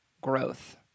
growth